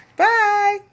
bye